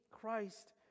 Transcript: Christ